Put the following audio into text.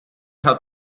hat